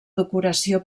decoració